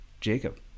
Jacob